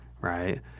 right